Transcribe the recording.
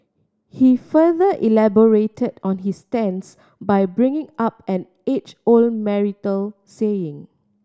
he further elaborated on his stance by bringing up an age old marital saying